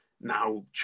Now